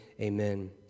Amen